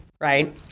Right